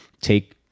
take